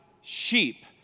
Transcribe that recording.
sheep